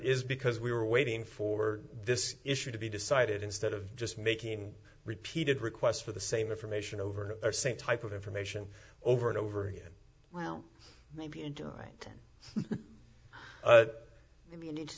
is because we were waiting for this issue to be decided instead of just making repeated requests for the same information over the same type of information over and over again well maybe in tonight but if you need to